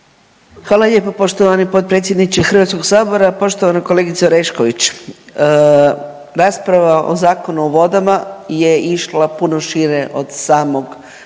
Hvala lijepo poštovani potpredsjedniče Hrvatskog sabora, poštovana kolegice Orešković. Rasprava o Zakonu o vodama je išla puno šire od samog